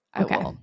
Okay